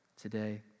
today